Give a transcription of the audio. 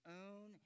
own